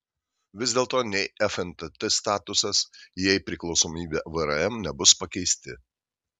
vis dėlto nei fntt statusas jei priklausomybė vrm nebus pakeisti